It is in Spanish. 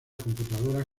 computadoras